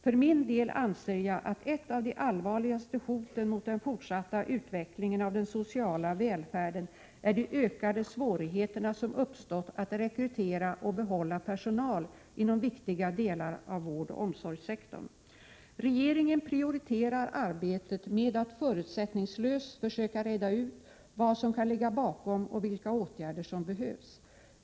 För min del anser jag att ett av de allvarligaste hoten mot den fortsatta utvecklingen av den sociala välfärden är de ökade svårigheter som uppstått att rekrytera och behålla personal inom viktiga delar av vårdoch omsorgssektorn. Regeringen prioriterar arbetet med att förutsättningslöst försöka reda ut vad som kan ligga bakom och vilka åtgärder som behövs.